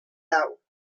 out